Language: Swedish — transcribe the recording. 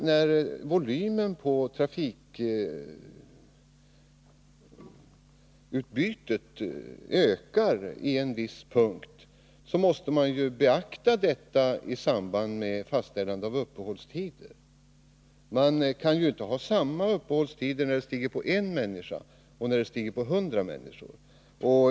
När trafikvolymen ökar på en viss sträcka måste man ju beakta detta i samband med att man beslutar om uppehållstiderna när det gäller de berörda stationerna. Man kan ju inte tillämpa samma uppehållstider när det är fråga om att bara någon enstaka person skall stiga på ett tåg som när det är fråga om att kanske hundra människor skall göra det.